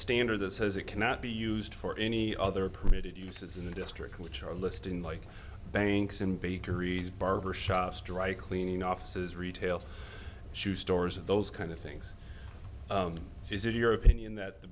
standard that says it cannot be used for any other permitted uses in the district which are listed in like banks and bakeries barber shops dry cleaning offices retail shoe stores those kind of things is it your opinion that the